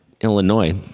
Illinois